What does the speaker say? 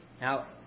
Now